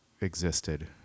existed